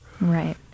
Right